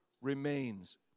remains